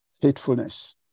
faithfulness